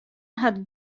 hat